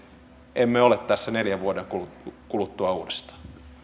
emme ole tässä neljän vuoden kuluttua uudestaan